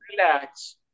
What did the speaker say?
relax